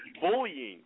bullying